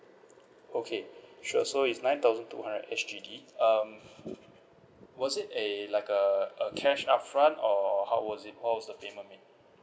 okay sure so it's nine thousand two hundred S_G_D um was it a like a a cash up front or how was it what was the payment made